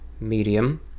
medium